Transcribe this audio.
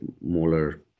molar